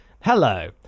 Hello